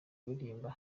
kuririmba